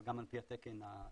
אבל גם על פי התקן הבינלאומי,